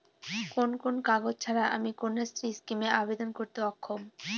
কোন কোন কাগজ ছাড়া আমি কন্যাশ্রী স্কিমে আবেদন করতে অক্ষম?